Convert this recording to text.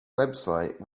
website